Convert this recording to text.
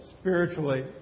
spiritually